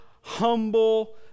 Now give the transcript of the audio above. humble